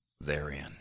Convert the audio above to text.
therein